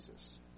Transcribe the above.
Jesus